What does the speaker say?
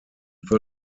the